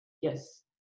yes